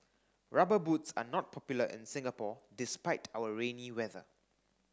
rubber boots are not popular in Singapore despite our rainy weather